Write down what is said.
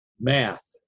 math